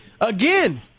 Again